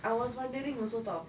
I was wondering also [tau]